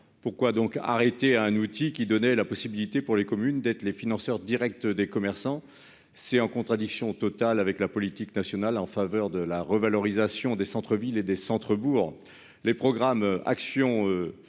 pourquoi donc arrêté à un outil qui donnait la possibilité, pour les communes d'être les financeurs Directs des commerçants, c'est en contradiction totale avec la politique nationale en faveur de la revalorisation des centre-et des centres bourgs, les programmes Action